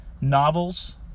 novels